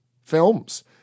films